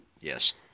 Yes